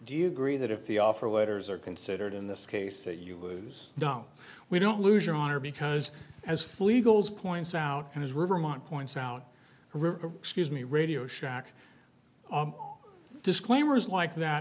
do you agree that if the offer letters are considered in this case that you lose no we don't lose your honor because as fleet goes points out and as riverman points out excuse me radio shack disclaimers like that